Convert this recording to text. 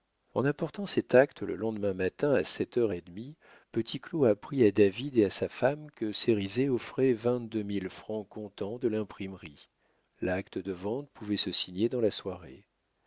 en apportant cet acte le lendemain matin à sept heures et demie petit claud apprit à david et à sa femme que cérizet offrait vingt-deux mille francs comptant de l'imprimerie l'acte de vente pouvait se signer dans la soirée